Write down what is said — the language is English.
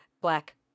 black